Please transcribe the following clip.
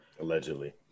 Allegedly